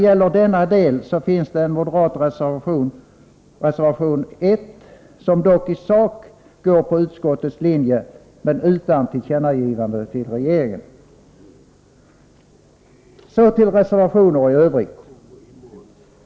Till denna del av betänkandet finns en moderat reservation, reservation 1, som dock i sak går på utskottets linje, men utan tillkännagivande till regeringen. Så till övriga reservationer.